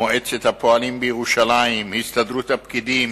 מועצת הפועלים בירושלים, הסתדרות הפקידים